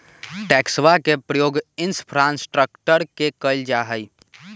टैक्सवा के प्रयोग इंफ्रास्ट्रक्टर में कइल जाहई